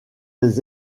les